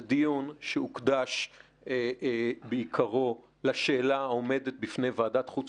זה דיון שהוקדש בעיקרו לשאלה העומדת בפני ועדת חוץ